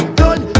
done